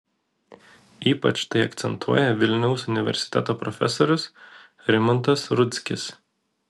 ypač tai akcentuoja vilniaus universiteto profesorius rimantas rudzkis